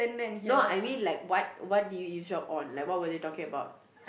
no I mean like what what did you eavesdrop on like what were they talking about